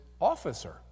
officer